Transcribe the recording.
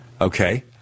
Okay